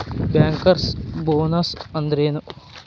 Bankers bonus ಅಂದ್ರೇನು?